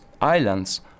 Islands